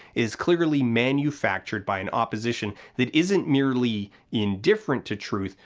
is clearly manufactured by an opposition that isn't merely indifferent to truth,